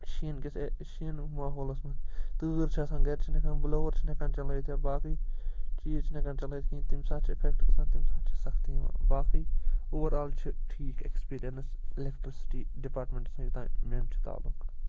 شیٖنکِس اےٚ شیٖنو ماحولَس منٛز تۭر چھِ آسان گھرِ چھِنہٕ ہیٚکان بٕلوَر چھِنہٕ ہیٚکان چَلٲیِتھ یا باقٕے چیٖز چھِنہٕ ہیٚکان چلٲیِتھ کِہیٖنۍ تَمہِ ساتہٕ چھُ اِفیٚکٹہٕ گژھان تَمہِ سۭتۍ چھِ سختی یِوان باقٕے اُورآل چھِ ٹھیٖک ایٚکٕسپیٖرینٕس اِلیٚکٹٕرٛسِٹی ڈِپارٹمیٚنٛٹَس منٛز یوتانۍ میٛون چھُ تعلق